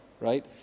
right